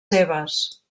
seves